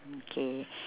okay